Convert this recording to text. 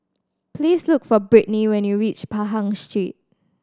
please look for Britny when you reach Pahang Street